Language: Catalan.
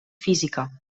física